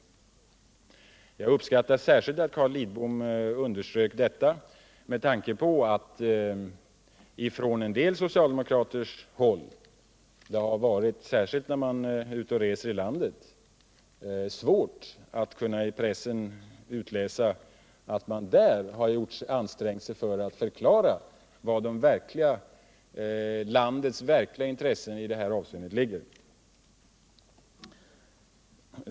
Jag uppskattar verkligen att Carl Lidbom underströk detta, för det har varit svårt — särskilt när jag varit ute på resor i landet — att kunna i pressen utläsa att man på socialdemokratiskt håll har ansträngt sig att förklara var landets verkliga intressen i det här avseendet ligger.